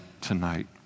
tonight